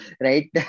right